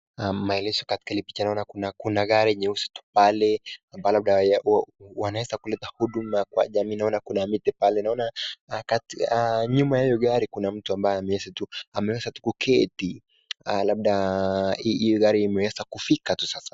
Maelezo katika hili picha naona kuna kuna gari nyeusi tu pale ambayo labda wanaweza kuleta huduma kwa jamii. Naona kuna miti pale. Naona nyuma ya hiyo gari kuna mtu ambaye ameweza tu ameweza tu kuketi. Labda hiyo gari imeweza kufika tu sasa.